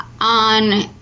on